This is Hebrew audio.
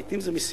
לעתים זה מסים,